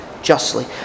justly